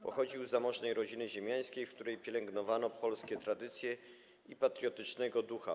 Pochodził z zamożnej rodziny ziemiańskiej, w której pielęgnowano polskie tradycje i patriotycznego ducha.